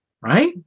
Right